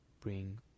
bring